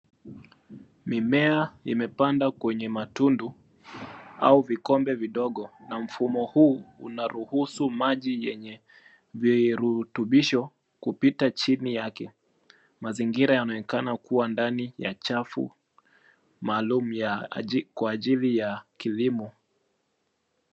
Mimea imepanda kwenye matundu ,au vikombe vidogo, na mfumo huu unaruhusu maji yenye virutubisho kupita chini yake. Mazingira yanaonekana kuwa ndani ya chafu maalum kwa ajili ya kilimo.